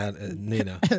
Nina